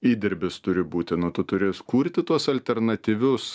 įdirbis turi būti nu tu turi kurti tuos alternatyvius